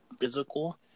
physical